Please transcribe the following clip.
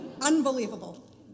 Unbelievable